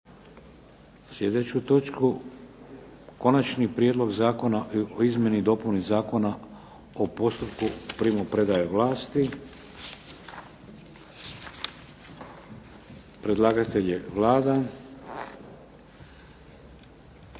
sljedeću točku - Konačni prijedlog zakona o izmjenama i dopunama Zakona o postupku primopredaje vlasti, drugo čitanje, P.Z.